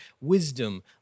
wisdom